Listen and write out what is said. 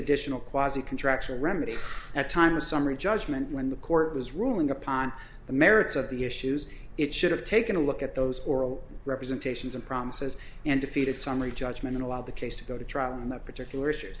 additional quasi contractual remedies at time a summary judgment when the court was ruling upon the merits of the issues it should have taken a look at those oral representations and promises and defeated summary judgment and allow the case to go to trial and that particular issue